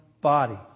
body